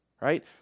right